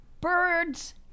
birds